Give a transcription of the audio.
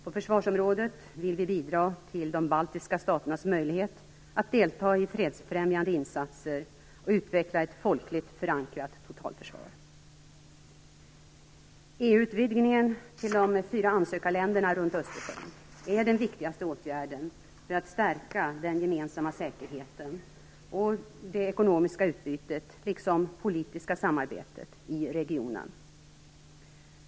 På försvarsområdet vill vi bidra till de baltiska staternas möjlighet att delta i fredsfrämjande insatser och utveckla ett folkligt förankrat totalförsvar. Östersjön är den viktigaste åtgärden för att stärka den gemensamma säkerheten, det ekonomiska utbytet liksom det politiska samarbetet i regionen.